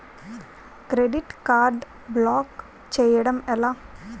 Credit card block చేయడం ఎలా?